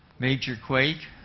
major quake?